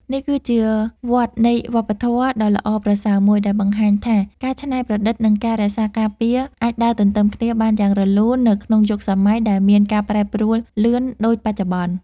នេះគឺជាវដ្តនៃវប្បធម៌ដ៏ល្អប្រសើរមួយ ដែលបង្ហាញថាការច្នៃប្រឌិត និងការរក្សាការពារ អាចដើរទន្ទឹមគ្នាបានយ៉ាងរលូននៅក្នុងយុគសម័យដែលមានការប្រែប្រួលលឿនដូចបច្ចុប្បន្ន។